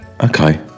okay